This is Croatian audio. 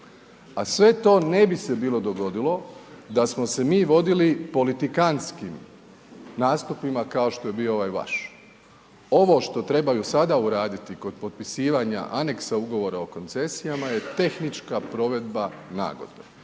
a sve to ne bi se bilo dogodilo, da smo se mi vodili politikantstvima nastupima, kao što je bio ovaj vaš. Ovo što trebaju sada uraditi kod potpisivanja aneksa ugovora o koncesijama, je da tehnička provedba nagodbe.